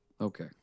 Okay